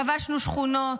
כבשנו שכונות,